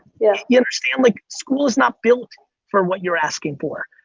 yeah. you understand like school is not built for what you're asking for,